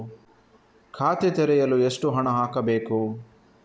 ಖಾತೆ ತೆರೆಯಲು ಎಷ್ಟು ಹಣ ಹಾಕಬೇಕು?